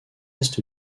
est